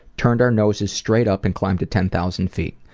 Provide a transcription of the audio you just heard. turned our noses straight up and climbed to ten thousand feet,